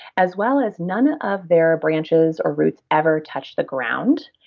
as well as none of their branches or roots ever touch the ground.